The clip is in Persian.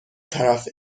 طرفت